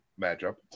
matchup